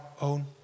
own